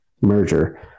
merger